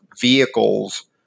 vehicles